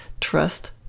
trust